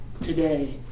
today